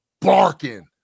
barking